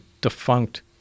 defunct